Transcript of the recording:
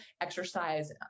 Exercise